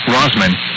Rosman